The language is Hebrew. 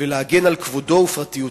ולהגן על כבודו ופרטיותו.